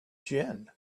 gin